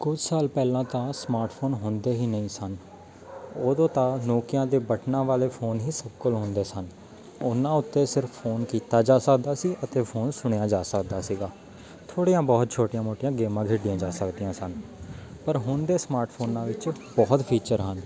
ਕੁਛ ਸਾਲ ਪਹਿਲਾਂ ਤਾਂ ਸਮਾਰਟਫੋਨ ਹੁੰਦੇ ਹੀ ਨਹੀਂ ਸਨ ਉਦੋਂ ਤਾਂ ਨੋਕੀਆਂ ਦੇ ਬਟਨਾਂ ਵਾਲੇ ਫੋਨ ਹੀ ਸਭ ਕੋਲ ਹੁੰਦੇ ਸਨ ਉਹਨਾਂ ਉੱਤੇ ਸਿਰਫ਼ ਫੋਨ ਕੀਤਾ ਜਾ ਸਕਦਾ ਸੀ ਅਤੇ ਫੋਨ ਸੁਣਿਆ ਜਾ ਸਕਦਾ ਸੀਗਾ ਥੋੜ੍ਹੀਆਂ ਬਹੁਤ ਛੋਟੀਆਂ ਮੋਟੀਆਂ ਗੇਮਾਂ ਖੇਡੀਆਂ ਜਾ ਸਕਦੀਆਂ ਸਨ ਪਰ ਹੁਣ ਦੇ ਸਮਾਰਟ ਫੋਨਾਂ ਵਿੱਚ ਬਹੁਤ ਫੀਚਰ ਹਨ